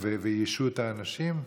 ואיישו את האנשים?